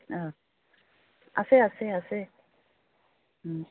অঁ আছে আছে আছে